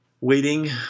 waiting